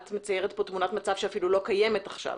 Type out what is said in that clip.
את מציירת פה תמונת מצב, שאפילו לא קיימת עכשיו.